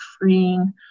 freeing